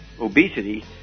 Obesity